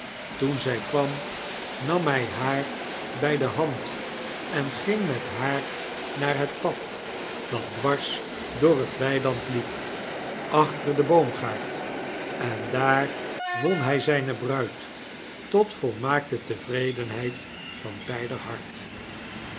toen zy kwam nam hy haar by de hand en ging met haar naar het pad dat dwars door het weiland liep achter den boomgaard en daar won hy zijne bruid tot volmaakte tevredenheid van beider hart